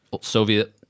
Soviet